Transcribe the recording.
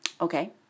Okay